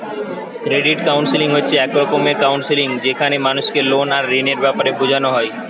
credit counselling হচ্ছে এক রকমের কাউন্সেলিং যেখানে মানুষকে লোন আর ঋণের বেপারে বুঝানা হয়